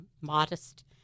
modest—